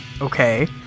Okay